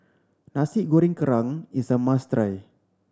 Nasi Goreng Kerang is a must try